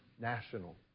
national